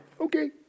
okay